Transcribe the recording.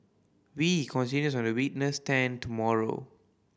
wee continues on the witness stand tomorrow